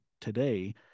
today